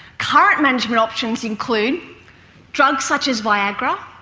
current management options include drugs such as viagra,